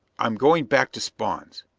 i'm going back to spawn's.